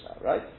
right